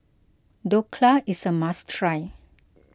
Dhokla is a must try